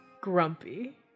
Grumpy